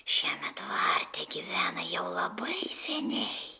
šiame tvarte gyvena jau labai seniai